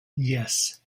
yes